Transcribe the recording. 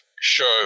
show